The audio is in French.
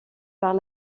par